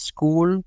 School